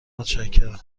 متشکرم